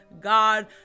God